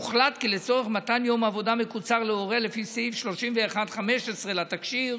הוחלט כי לצורך מתן יום עבודה מקוצר להורה לפי סעיף 31/15 לתקשי"ר,